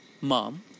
mom